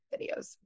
videos